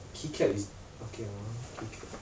key cap is okay ah key cap